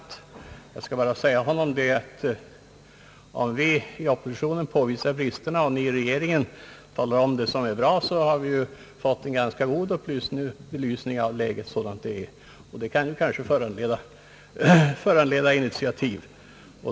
Låt mig, herr talman, bara säga honom, att om vi inom Ooppositionen påvisar bristerna och regeringen talar om vad som är bra, får vi ju en ganska god belysning av läget sådant det är, och det kan kanske föranleda initiativ.